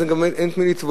אז גם אין את מי לתבוע.